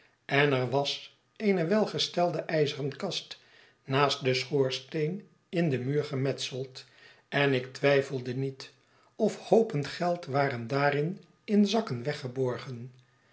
en er was eene welgestelde ijzeren kast naast den schoorsteen in den muur gemetseld en ik twijfelde niet of hoopen geld waren daarin in zakken